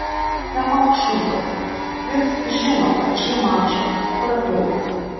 nemalk šūdo jis žino kad šį mačą prapils